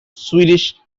swedish